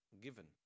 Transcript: given